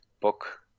book